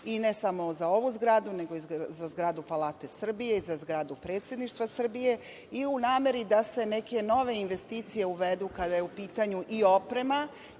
i ne samo za ovu zgradu, nego i za zgradu Palate Srbije i za zgradu Predsedništva Srbije, i u nameri da se neke nove investicije uvedu, kada je u pitanju i oprema